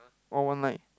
all one line